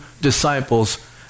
disciples